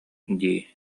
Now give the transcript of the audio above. дии